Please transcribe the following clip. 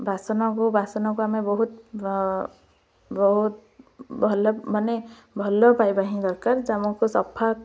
ବାସନକୁ ବାସନକୁ ଆମେ ବହୁତ ବହୁତ ଭଲ ମାନେ ଭଲ ପାଇବା ହିଁ ଦରକାର ଆମୁକୁ ସଫା